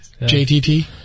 JTT